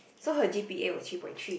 so her g_p_a was three point three